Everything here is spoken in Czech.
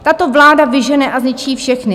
Tato vláda vyžene a zničí všechny.